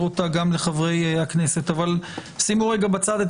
ונעביר אותה גם לחברי הכנסת אבל שימו רגע בצד את